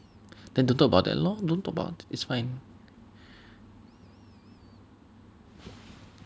then don't talk about that lor don't talk about it it's fine